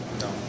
No